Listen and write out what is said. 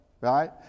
right